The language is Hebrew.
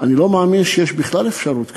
אני לא מאמין שיש בכלל אפשרות כזאת.